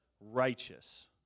righteous